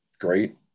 great